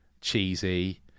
cheesy